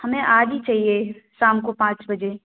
हमें आज ही चाहिए शाम को पाँच बजे